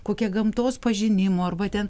kokia gamtos pažinimo arba ten